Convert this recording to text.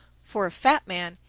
for a fat man,